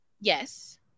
Yes